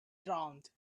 drowned